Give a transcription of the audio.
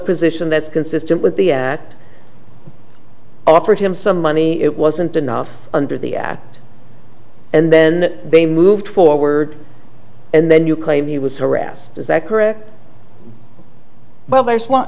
position that's consistent would be offered him some money it wasn't enough under the act and then they moved forward and then you claim he was harassed is that correct but there's